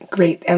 Great